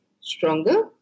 stronger